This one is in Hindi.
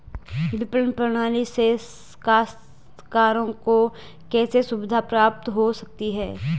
विपणन प्रणाली से काश्तकारों को कैसे सुविधा प्राप्त हो सकती है?